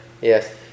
Yes